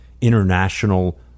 international